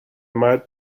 might